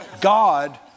God